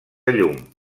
llum